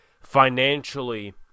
financially